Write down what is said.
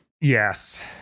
yes